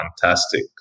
fantastic